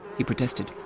he protested.